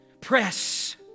Press